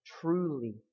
truly